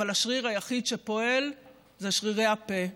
אבל השרירים היחידים שפועלים הם שרירי הפה.